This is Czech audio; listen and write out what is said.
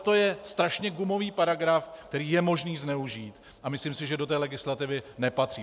Tohle je strašně gumový paragraf, který je možné zneužít, a myslím si, že do té legislativy nepatří.